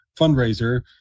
fundraiser